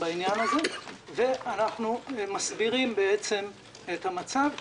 בעניין הזה ואנחנו מסבירים את המצב.